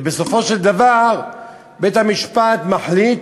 ובסופו של דבר בית-המשפט מחליט,